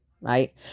right